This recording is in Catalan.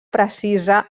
precisa